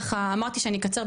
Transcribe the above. אמרתי שאני אקצר,